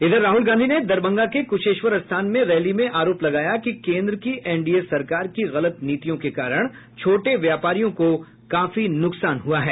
वहीं राहुल गांधी ने दरभंगा के कुशेश्वरस्थान में रैली में आरोप लगाया कि केन्द्र की एनडीए सरकार की गलत नीतियों के कारण छोटे व्यापारियों को काफी नुकसान हुआ है